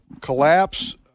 collapse